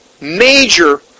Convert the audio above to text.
major